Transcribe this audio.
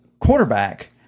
quarterback